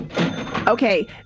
Okay